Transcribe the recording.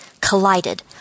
collided